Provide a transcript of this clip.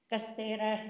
kas tai yra